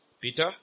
Peter